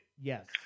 Yes